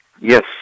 Yes